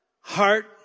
heart